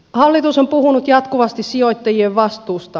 hallitus on puhunut jatkuvasti sijoittajien vastuusta